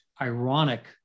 ironic